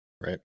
right